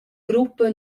gruppa